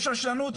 יש רשלנות.